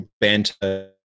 banter